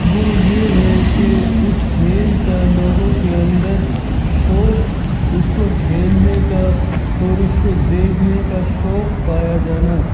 وہ یہ ہے کہ اُس کھیل کا لوگوں کے اندر شوق اس کو کھیلنے کا اور اس کو دیکھنے کا شوق پایا جانا